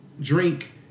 drink